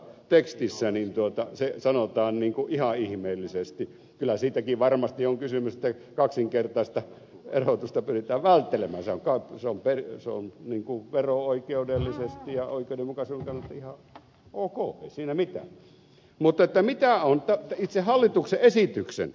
tekstissä niin esittelytekstissä se sanotaan ihan ihmeellisesti kyllä siitäkin varmasti on kysymys että kaksinkertaista verotusta pyritään välttelemään se on vero oikeudellisesti ja oikeudenmukaisuuden kannalta ihan ok ei siinä mitään jotta näkisin mitä on itse hallituksen esityksen esittelyssä